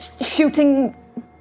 shooting